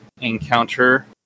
encounter